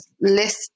list